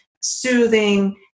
soothing